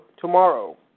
tomorrow